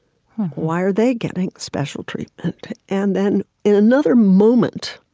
why are they getting special treatment? and then, in another moment,